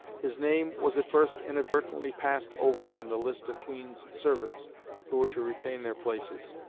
his name was at first inadvertently passed over in the list of queen's servants who were to retain their places.